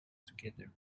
together